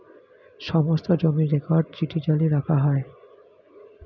সমস্ত জমির record digitally রাখা যায়